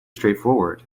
straightforward